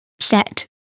set